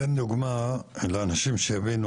תן דוגמה כדי שאנשים יבינו